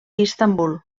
istanbul